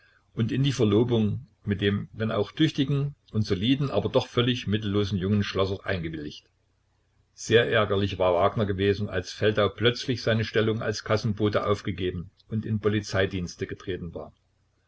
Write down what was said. und in die verlobung mit dem wenn auch tüchtigen und soliden aber doch völlig mittellosen jungen schlossers eingewilligt sehr ärgerlich war wagner gewesen als feldau plötzlich seine stellung als kassenbote aufgegeben und in polizeidienste getreten war